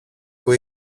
που